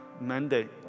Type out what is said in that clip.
mandate